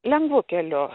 lengvu keliu